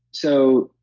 so,